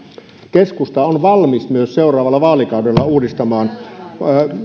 keskusta on valmis myös seuraavalla vaalikaudella uudistamaan